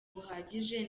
buhagije